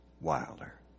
Wilder